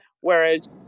Whereas